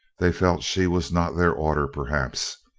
they felt she was not their order, perhaps.